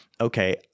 Okay